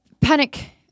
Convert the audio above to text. Panic